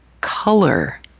color